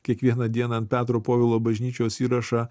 kiekvieną dieną ant petro povilo bažnyčios įrašą